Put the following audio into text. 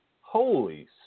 Holy